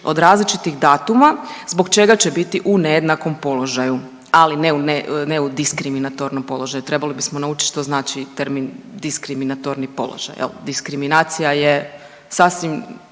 od različitih datuma zbog čega će biti u nejednakom položaju. Ali ne u diskriminatornom položaju. Trebali bismo naučiti što znači termin diskriminatorni položaj, diskriminacija je sasvim